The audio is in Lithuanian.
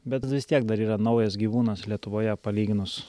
bet vis tiek dar yra naujas gyvūnas lietuvoje palyginus